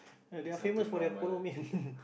they are famous for their Kolo Mian